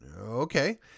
Okay